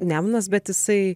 nemunas bet jisai